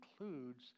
includes